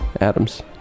Adam's